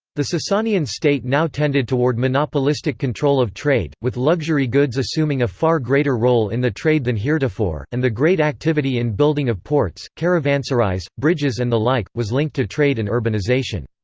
the sasanian state now tended toward monopolistic control of trade, with luxury goods assuming a far greater role in the trade than heretofore, and the great activity in building of ports, caravanserais, so bridges and the like, was linked to trade and urbanization.